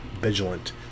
vigilant